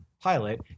pilot